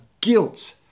guilt